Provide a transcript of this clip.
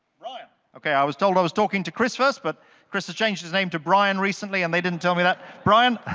bryan. i was told i was talking to chris first, but chris has changed his name to bryan recently, and they didn't tell me that. bryan,